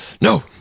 No